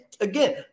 again